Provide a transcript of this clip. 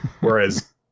Whereas